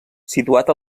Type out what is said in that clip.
situat